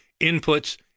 inputs